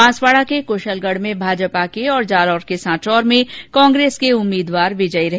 बांसवाडा के कुशलगढ में भाजपा के और जालोर के सांचोर में कांग्रेस के उम्मीदवार विजयी रहे